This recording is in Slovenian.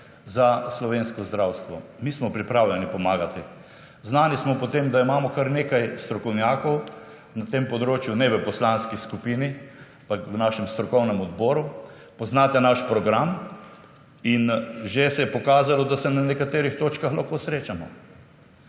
za slovensko zdravstvo. Mi smo pripravljeni pomagati. Znani smo po tem, da imamo kar nekaj strokovnjakov na tem področju, ne v Poslanski skupini, pa v našem strokovnem odboru. Poznate naš program. In že se je pokazalo, da se na nekaterih točkah lahko srečamo.